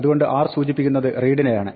അതുകൊണ്ട് 'r'സൂചിപ്പിക്കുന്നത് റീഡിനെയാണ്